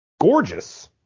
gorgeous